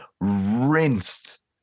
rinsed